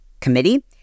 Committee